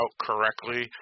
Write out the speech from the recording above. correctly